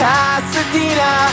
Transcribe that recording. Pasadena